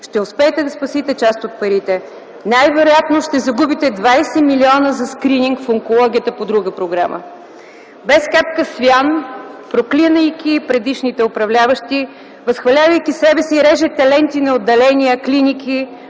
ще успеете да спасите част от парите. Най-вероятно ще загубите 20 милиона за скрининг в онкологията по друга програма. Без капка свян, проклинайки предишните управляващи, възхвалявайки себе си, режете ленти на отделения, клиники,